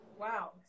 wow